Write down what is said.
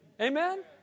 Amen